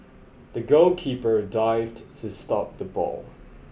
the goalkeeper dived to stop the ball